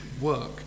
work